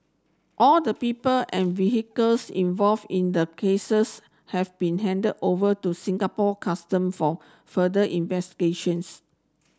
all the people and vehicles involved in the cases have been handed over to Singapore Custom for further investigations